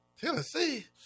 Tennessee